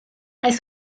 aeth